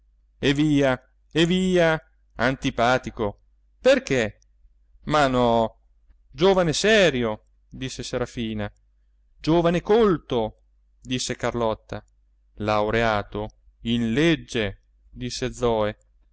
eh via eh via antipatico perché ma no giovane serio disse serafina giovane colto disse carlotta laureato in legge disse zoe